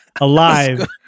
alive